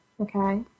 Okay